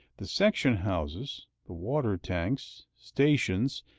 the section-houses, the water-tanks, stations,